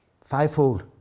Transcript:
Five-fold